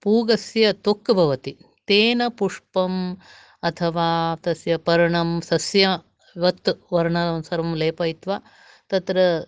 पूगस्य तोक्कु भवति तेन पुष्पम् अथवा तस्य पर्णं सस्यवत् पर्णं सर्वं लेपयित्वा तत्र